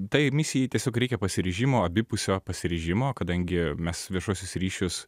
tai misijai tiesiog reikia pasiryžimo abipusio pasiryžimo kadangi mes viešuosius ryšius